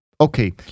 Okay